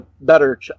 better